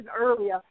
earlier